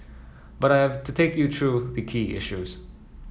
but I have to take you through the key issues